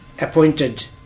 appointed